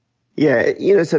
yeah. you know, so